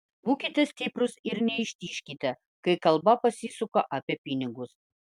būkite stiprūs ir neištižkite kai kalba pasisuka apie pinigus